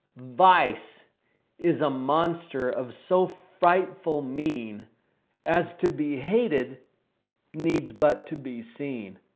vice is a monster of so frightful mean as to be hated needs but to be seen.